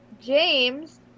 James